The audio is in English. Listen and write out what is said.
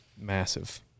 massive